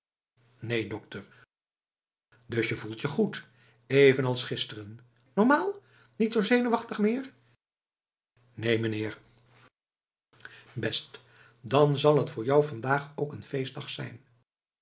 neen dokter dus je voelt je goed evenals gisteren normaal niet zoo zenuwachtig meer neen meneer best dan zal t voor jou vandaag ook een feestdag zijn